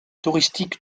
touristique